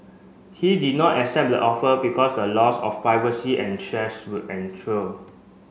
he did not accept the offer because the loss of privacy and stress would